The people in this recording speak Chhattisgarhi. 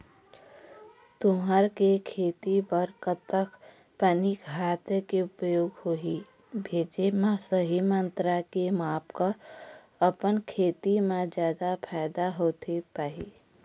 तुंहर के खेती बर कतेक पानी खाद के उपयोग होही भेजे मा सही मात्रा के माप कर अपन खेती मा जादा फायदा होथे पाही?